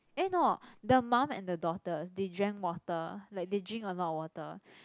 eh no the mum and the daughter they drank water like they drink a lot of water